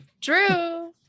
Drew